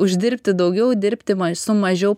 uždirbti daugiau dirbti su mažiau